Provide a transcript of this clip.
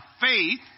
faith